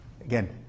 Again